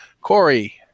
Corey